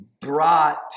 brought